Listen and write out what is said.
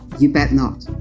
you bet not.